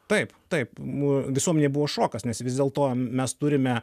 taip taip mū visuomenei buvo šokas nes vis dėl to mes turime